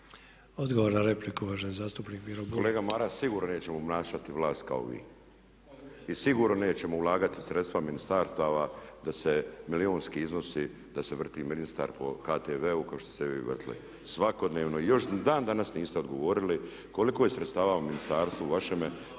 Odgovor na repliku, uvaženi zastupnik Miro Bulj. **Bulj, Miro (MOST)** Kolega Maras sigurno nećemo obnašati vlast kao vi. I sigurno nećemo ulagati sredstva ministarstava da se milijunski iznosi da se vrti ministar po HTV-u kao što ste vi vrtili svakodnevno i još dan danas niste odgovorili koliko je sredstava u ministarstvu vašem